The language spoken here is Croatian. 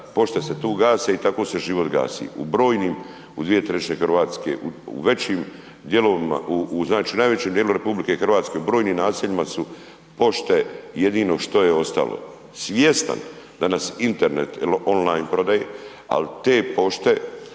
pošte se tu gase i tako se život gasi u brojnim, u 2/3 RH, u većim dijelovima, u, u, znači u najvećem dijelu RH, u brojnim naseljima su pošte jedino što je ostalo, svjestan danas Internet il online prodaje, al te pošte